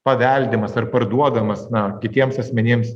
paveldimas ar parduodamas na kitiems asmenims